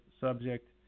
subject